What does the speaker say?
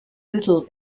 little